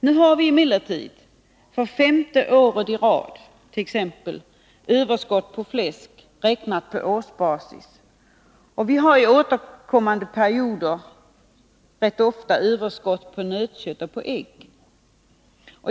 Nu har vi emellertid för femte året i rad överskott på fläsk, räknat på årsbasis. Vi har under återkommande perioder rätt ofta överskott på nötkött och ägg.